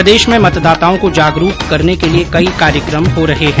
प्रदेश में मतदाताओं को जागरूक करने के लिये कई कार्यक्रम हो रहे है